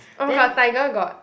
oh got tiger got